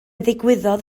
ddigwyddodd